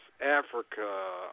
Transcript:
Africa